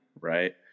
right